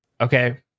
Okay